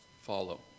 follow